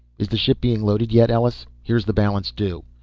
is the ship being loaded yet, ellus? here's the balance due.